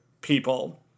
people